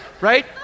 right